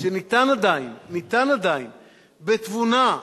שאפשר עדיין, אפשר עדיין, בתבונה,